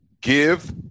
give